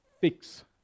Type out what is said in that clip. fix